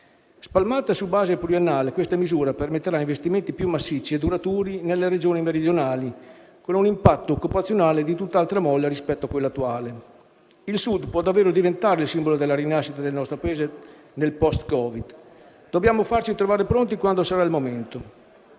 Spalmata su base pluriennale, tale misura permetterà investimenti più massicci e duraturi nelle Regioni meridionali, con un impatto occupazionale di tutt'altra molla rispetto a quella attuale. Il Sud può davvero diventare il simbolo della rinascita del nostro Paese nel *post-*Covid. Dobbiamo farci trovare pronti quando sarà il momento.